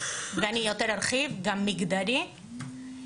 ואני ארחיב יותר גם למגדרי,